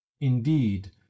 Indeed